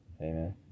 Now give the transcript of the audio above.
amen